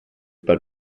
but